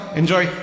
enjoy